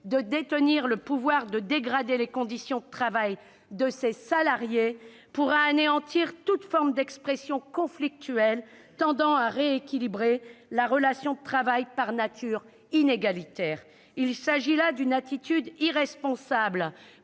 de détenir le pouvoir de dégrader les conditions de travail de ses salariés, pourra anéantir toute forme d'expression conflictuelle tendant à rééquilibrer la relation de travail, par nature inégalitaire. Il s'agit là d'une attitude irresponsable